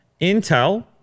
Intel